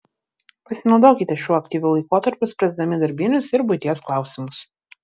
pasinaudokite šiuo aktyviu laikotarpiu spręsdami darbinius ir buities klausimus